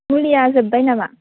मुलिया जोबबाय नामा